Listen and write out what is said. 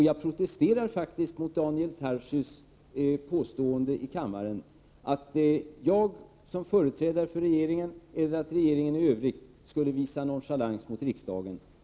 Jag protesterar mot Daniel Tarschys påstående i kammaren att jag som företrädare för regeringen eller att regeringen i övrigt skulle visa nonchalans mot riksdagen.